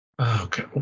Okay